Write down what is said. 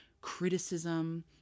criticism